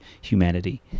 humanity